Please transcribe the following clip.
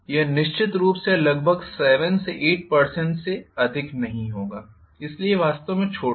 यह निश्चित रूप से लगभग 7 8 प्रतिशत से अधिक नहीं होगा इसलिए यह वास्तव में छोटा है